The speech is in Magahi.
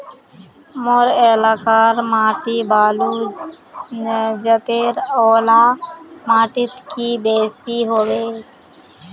मोर एलाकार माटी बालू जतेर ओ ला माटित की बेसी हबे?